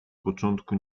początku